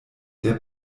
der